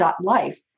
.life